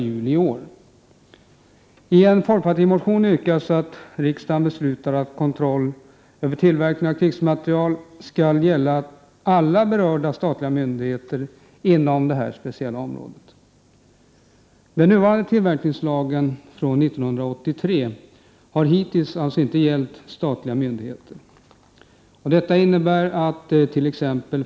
I en motion från folkpartiet yrkas att riksdagen beslutar att kontroll över tillverkning av krigsmateriel skall gälla alla berörda statliga myndigheter inom det speciella området. Den nuvarande tillverkningslagen från 1983 har hittills inte gällt statliga myndigheter. Detta innebär att t.ex.